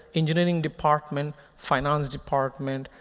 engineering department, finance department,